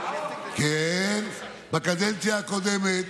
בקדנציה הקודמת,